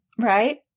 right